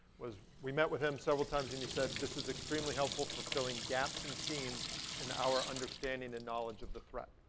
we met with him several times. and he said, this is extremely helpful for filling gaps and seams in our understanding and knowledge of the threat.